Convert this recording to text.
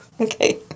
Okay